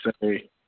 say